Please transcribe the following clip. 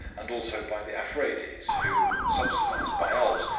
and also by the afredis, who, subsidised by us,